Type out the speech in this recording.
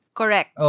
correct